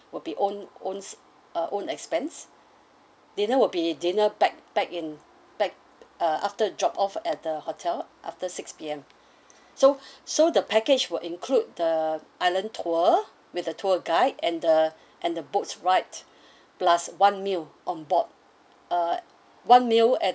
would be own owns uh own expense dinner will be dinner back back in back uh after drop off at the hotel after six P_M so so the package will include the island tour with the tour guide and the and the boats ride plus one meal on board uh one meal at